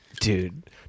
Dude